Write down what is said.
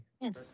Yes